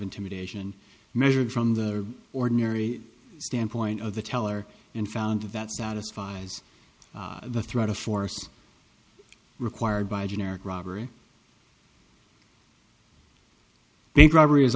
intimidation measured from the ordinary standpoint of the teller and found that satisfies the threat of force required by a generic robbery bank robbery is